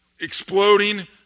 exploding